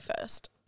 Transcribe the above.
first